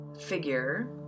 figure